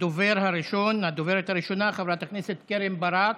הדוברת הראשונה, חברת הכנסת קרן ברק,